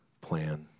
plan